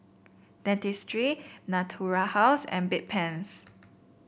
Dentiste Natura House and Bedpans